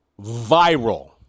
viral